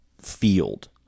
field